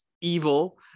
evil